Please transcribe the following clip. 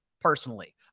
personally